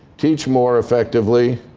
teach more effectively,